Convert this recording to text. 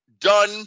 done